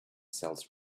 sells